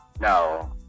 No